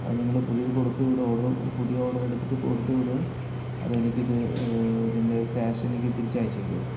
അത് ഞങ്ങൾ പുതിയത് കൊടുത്തു വിടുമോ ഓർഡർ പുതിയ ഓർഡർ എടുത്തിട്ട് കൊടുത്തുവിടുമോ അതോ എനിക്ക് എനിക്കിത് ഇതിന്റെ ക്യാഷ് എനിക്ക് തിരിച്ചയച്ചുതരുമോ